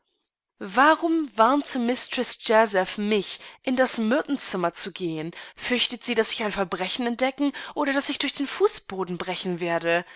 warum warnte mistreß jazeph mich in das myrtenzimmer zu gehen fürchtet sie daß ich ein verbrechen entdecken oder daß ich durch den fußboden brechen werde